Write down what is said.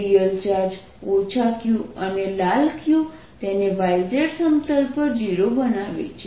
real charge q અને લાલ q તેને y z સમતલ પર 0 બનાવે છે